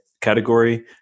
category